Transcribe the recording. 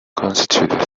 constituted